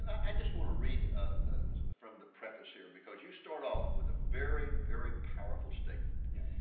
i just want to read ah from the preface here because you start off with a very, very powerful statement. yeah.